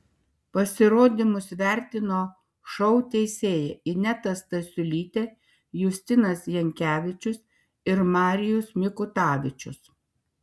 pasirodymus vertino šou teisėjai ineta stasiulytė justinas jankevičius ir marijus mikutavičius